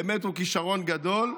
באמת הוא כישרון גדול.